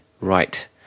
right